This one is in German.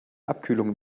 abkühlung